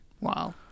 wow